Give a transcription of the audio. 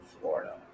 Florida